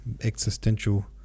existential